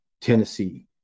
Tennessee